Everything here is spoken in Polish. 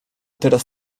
teraz